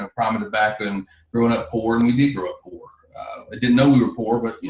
ah prominent backroom grew and up poor and we did grew up poor. i didn't know we were poor, but you